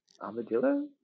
Armadillo